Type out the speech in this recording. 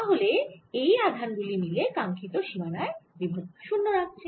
তাহলে এই আধান গুলি মিলে কাঙ্ক্ষিত সীমানায় বিভব শুন্য রাখছে